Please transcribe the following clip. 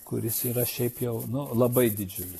kuris yra šiaip jau labai didžiulis